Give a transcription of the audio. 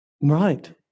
Right